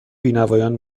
بینوایان